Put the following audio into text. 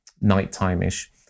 nighttime-ish